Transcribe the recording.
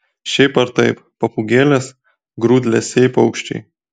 šiaip ar taip papūgėlės grūdlesiai paukščiai